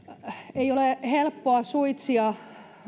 ei ole helppoa suitsia